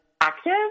active